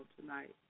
tonight